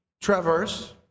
traverse